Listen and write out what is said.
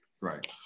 right